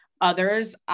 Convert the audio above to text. Others